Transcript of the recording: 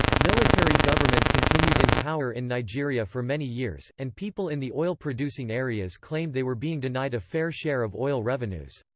military government continued in power in nigeria for many years, and people in the oil-producing areas claimed they were being denied a fair share of oil revenues.